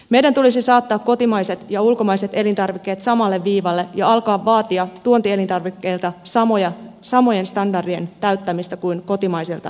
meidän tulisi saattaa kotimaiset ja ulkomaiset elintarvikkeet samalle viivalle ja alkaa vaatia tuontielintarvikkeilta samojen standardien täyttämistä kuin kotimaisilta tuotteilta